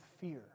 fear